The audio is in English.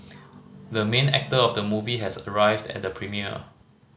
the main actor of the movie has arrived at the premiere